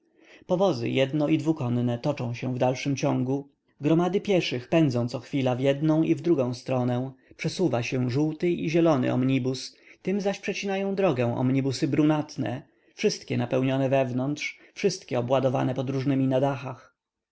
powozy jedno i dwukonne toczą się w dalszym ciągu gromady pieszych pędzą cochwila w jednę i drugą stronę przesuwa się żółty i zielony omnibus tym zaś przecinają drogę omnibusy brunatne wszystkie napełnione wewnątrz wszystkie obładowane podróżnymi na dachach